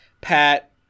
pat